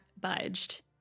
budged